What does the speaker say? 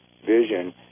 vision